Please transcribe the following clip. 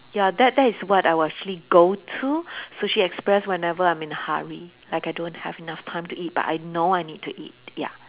ya that that is what I will actually go to sushi express whenever I'm in a hurry like I don't have enough time to eat but I know I need to eat ya